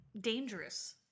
dangerous